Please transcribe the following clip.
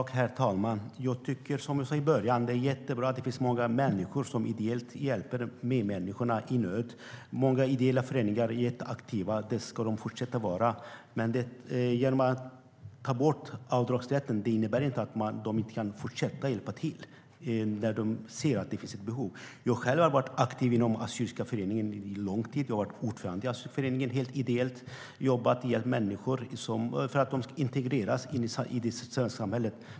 Herr talman! Det är bra att det finns många människor som ideellt hjälper medmänniskor i nöd. Många ideella föreningar är mycket aktiva, och det ska de fortsätta att vara. Att vi tar bort avdragsrätten innebär inte att de inte kan fortsätta att hjälpa till där de ser att det finns ett behov. Jag har själv varit aktiv inom Assyriska föreningen under lång tid och varit ordförande i föreningen helt ideellt. Jag har jobbat för att människor ska integreras i det svenska samhället.